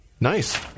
Nice